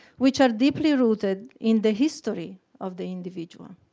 which are deeply rooted in the history of the individual,